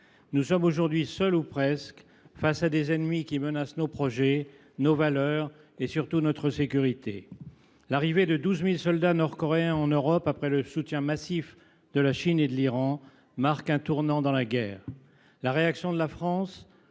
nous sommes aujourd’hui seuls ou presque face à des ennemis qui menacent nos projets, nos valeurs et, surtout, notre sécurité. L’arrivée de 12 000 soldats nord coréens en Europe, après le soutien massif de la Chine et de l’Iran, marque un tournant dans la guerre. La réaction de la France ?